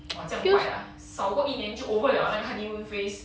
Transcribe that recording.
!wah! 酱快 ah 少过一年就 over 了那个 honeymoon phase